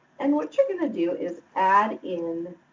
and what you're going to do is add in